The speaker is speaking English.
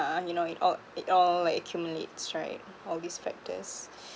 uh you know it all it all like accumulates right all these factors